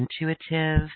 intuitive